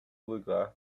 lugar